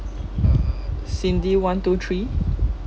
uh cindy one two three